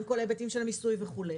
עם כל ההיבטים של מיסוי וכו'.